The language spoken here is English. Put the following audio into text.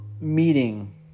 meeting